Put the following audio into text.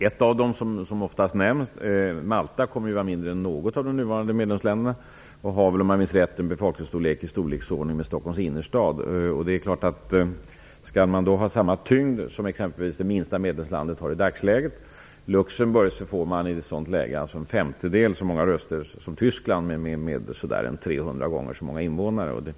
Ett av dem som oftast nämns, Malta, kommer att var mindre än något av de nuvarande medlemsländerna och har väl, om jag minns rätt, en befolkning i storleksordningen Stockholms innerstad. Skall man ha samma tyngd som exempelvis det minsta medlemslandet i dagsläget har, dvs. Luxemburg, får man alltså en femtedel så många röster som Tyskland som har ungefär 300 gånger så många invånare.